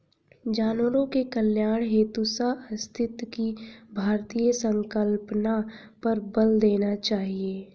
जानवरों के कल्याण हेतु सहअस्तित्व की भारतीय संकल्पना पर बल देना चाहिए